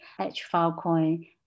H-Filecoin